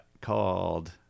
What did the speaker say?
called